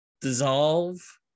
dissolve